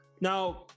now